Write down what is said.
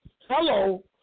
Hello